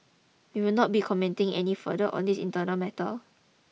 we will not be commenting any further on this internal matter